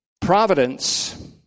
providence